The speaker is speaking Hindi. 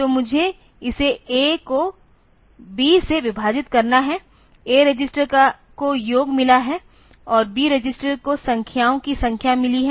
तो मुझे इसे A को B से विभाजित करना है A रजिस्टर को योग मिला है B रजिस्टर को संख्याओं की संख्या मिली है